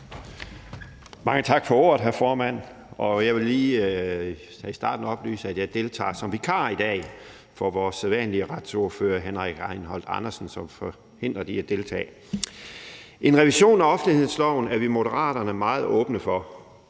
Mange tak for ordet, hr. formand. Jeg vil lige her til at starte med oplyse, at jeg deltager som vikar i dag for vores sædvanlige retsordfører, Henrik Rejnholt Andersen, som er forhindret i at deltage. En revision af offentlighedsloven er vi i Moderaterne meget åbne for.